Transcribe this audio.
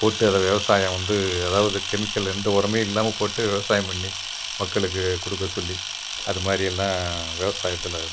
போட்டு அதை விவசாயம் வந்து அதாவது கெமிக்கலில் எந்த உரமுமே இல்லாமல் போட்டு விவசாயம் பண்ணி மக்களுக்கு கொடுக்க சொல்லி அது மாதிரி எல்லாம் விவசாயத்தில் இருந்தாங்க